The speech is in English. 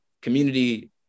community